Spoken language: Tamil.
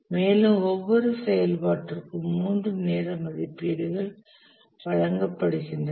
மேலும் ஒவ்வொரு செயல்பாட்டிற்கும் 3 நேர மதிப்பீடுகள் வழங்கப்படுகின்றன